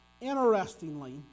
Interestingly